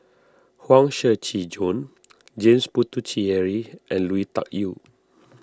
Huang Shiqi Joan James Puthucheary and Lui Tuck Yew